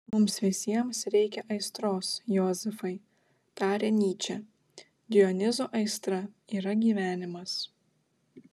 mums visiems reikia aistros jozefai tarė nyčė dionizo aistra yra gyvenimas